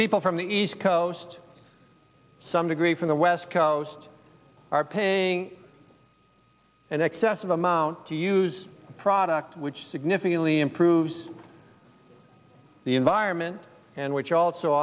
people from the east coast some degree from the west coast are paying an excessive amount to use a product which significantly improves the environment and which also